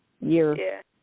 year